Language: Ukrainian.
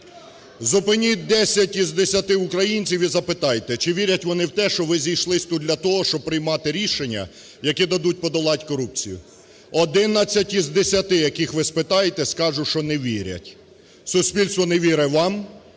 Зупиніть 10 із 10 українців і запитайте, чи вірять вони в те, що ви зійшлися тут для того, щоб приймати рішення, які дадуть подолати корупцію? 11 із 10, яких ви спитаєте, скажуть, що не вірять. Суспільство не вірить вам